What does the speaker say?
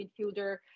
midfielder